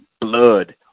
blood